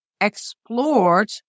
explored